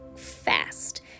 fast